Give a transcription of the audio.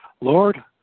Lord